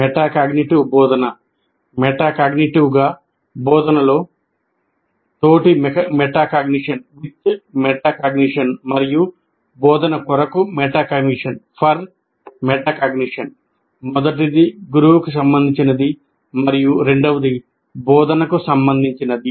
metacognitive బోధన మెటాకాగ్నిటివ్గా బోధనలో 'తోటి' మెటాకాగ్నిషన్ మొదటిది గురువుకు సంబంధించినది మరియు రెండవది బోధనకు సంబంధించినది